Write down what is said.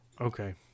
Okay